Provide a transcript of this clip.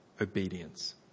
obedience